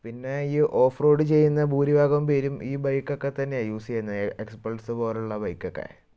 പിന്നെ ഈ off road ചെയ്യുന്ന ഭൂരിഭാഗം പേരും ഈ ബൈക്കൊക്കെ തന്നെയാണ് യൂസ് ചെയ്യുന്നത് എക്സ് പ്ലസ് പോലുള്ള ബൈക്കൊക്കെ